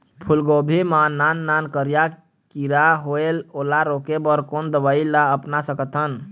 फूलगोभी मा नान नान करिया किरा होयेल ओला रोके बर कोन दवई ला अपना सकथन?